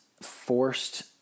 forced